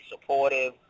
supportive